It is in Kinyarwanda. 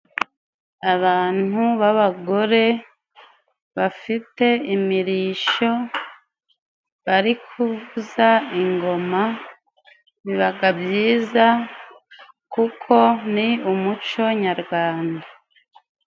Abantu b'abagore bafite imirisho, bari kuvuza ingoma, bibaga byiza kuko ni umuco nyarwanda.